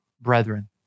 brethren